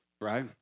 right